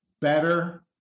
better